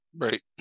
Right